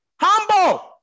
Humble